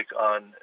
on